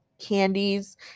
candies